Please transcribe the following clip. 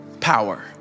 power